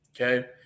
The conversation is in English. okay